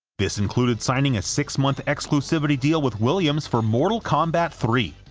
this included signing a six-month exclusivity deal with williams for mortal kombat three,